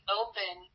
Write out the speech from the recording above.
open